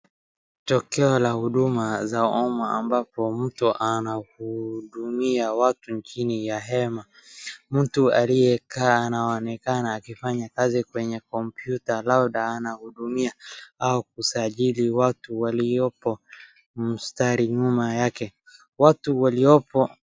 Tukio la huduma za umma ambapo mtu anakuhudumia watu chini ya hema, mtu aliyekaa anaonekana akifanya kazi kwenye kompyuta, labda anahudumia au kusajili watu waliopo mstari nyuma yake. Watu waliopo..